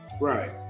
right